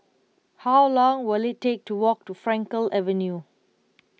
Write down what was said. how long will it take to walk to Frankel Avenue